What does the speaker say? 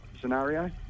scenario